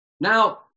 Now